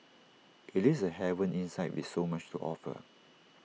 IT is A haven inside with so much to offer